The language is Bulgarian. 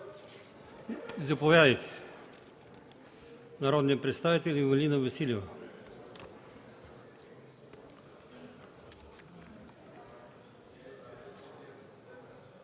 Заповядайте. Народният представител Ивелина Василева.